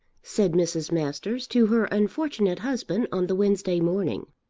said mrs. masters to her unfortunate husband on the wednesday morning.